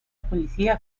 policía